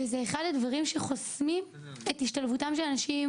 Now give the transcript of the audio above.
וזה אחד הדברים שחוסמים את השתלבותם של אנשים עם